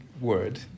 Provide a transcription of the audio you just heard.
word